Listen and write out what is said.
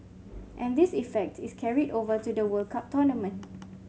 and this effect is carried over to the World Cup tournament